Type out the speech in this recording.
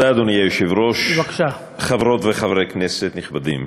אדוני היושב-ראש, תודה, חברות וחברי כנסת נכבדים,